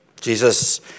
Jesus